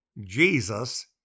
Jesus